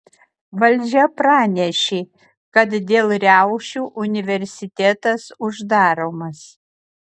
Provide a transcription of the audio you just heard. valdžia pranešė kad dėl riaušių universitetas uždaromas